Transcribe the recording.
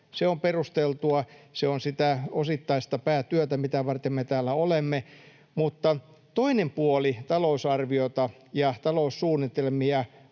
Se on perusteltua. Se on sitä osittaista päätyötä, mitä varten me täällä olemme. Mutta toinen puoli talousarviota ja taloussuunnitelmia